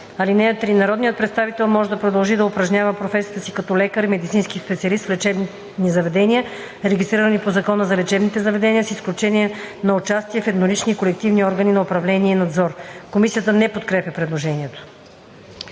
(3) Народният представител може да продължи да упражнява професията си като лекар и медицински специалист в лечебни заведения, регистрирани по Закона за лечебните заведения с изключение на участие в еднолични и колективни органи на управление и надзор.“ Комисията не подкрепя предложението.